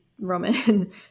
Roman-